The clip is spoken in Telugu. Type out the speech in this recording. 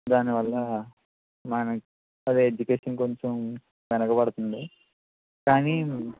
దాని వల్ల మన అదే ఎడ్యుకేషన్ కొంచెం వెనక పడుతుంది కానీ